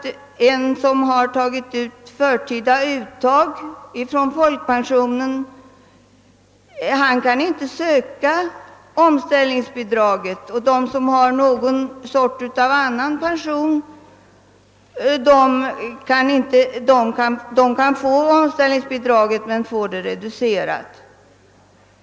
Den som har tagit ut förtida folkpension kan nämligen inte söka omställningsbidrag, och de som har annan pension av något slag kan erhålla omställningsbidrag men får det reducerat.